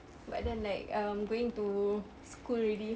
but then like I'm going to school already